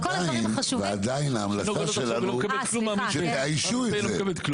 ועדיין ההמלצה שלנו היא שתאיישו את זה.